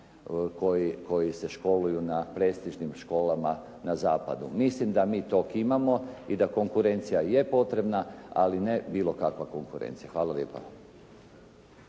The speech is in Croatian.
koji se školuju na prestižnim školama na zapadu. Mislim da mi toga imamo i da konkurencija je potreba, ali ne bilo kakva konkurencija. Hvala lijepa.